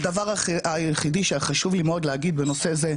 הדבר היחידי שחשוב לי להגיד בנושא זה,